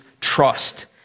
trust